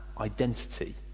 identity